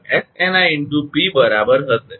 તેથી તે 𝐹 𝑆𝑛𝑖 × 𝑝 બરાબર હશે